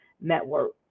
Network